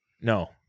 No